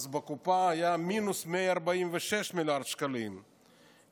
בקופה היה מינוס של 146 מיליארד שקלים,